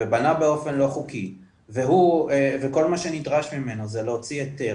ובנה באופן לא חוקי וכל מה שנדרש ממנו זה להוציא היתר,